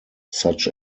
such